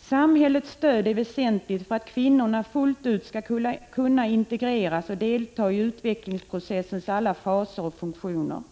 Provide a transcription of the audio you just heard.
Samhällets stöd är väsentligt för att kvinnorna fullt ut skall kunna integreras och delta i utvecklingsprocessens alla faser och funktioner.